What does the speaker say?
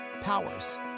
powers